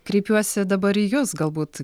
kreipiuosi dabar į jus galbūt